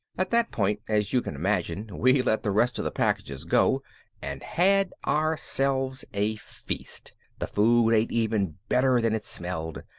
at that point as you can imagine we let the rest of the packages go and had ourselves a feast. the food ate even better than it smelled.